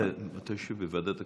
אתה יושב בוועדת הכספים,